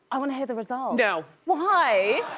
i wanna hear the results. no. why?